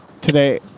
today